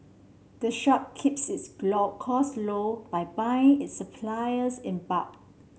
the shop keeps its costs low by buying its supplies in bulk